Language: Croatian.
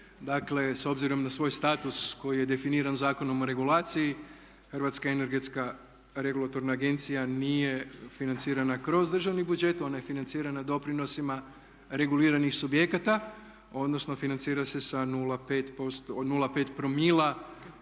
Dakle s obzirom da svoj status koji je definiran Zakonom o regulaciji Hrvatska energetska regulatorna agencija nije financirana kroz državni budžet. Ona je financirana doprinosima reguliranih subjekata, odnosno financira se sa 0,5 promila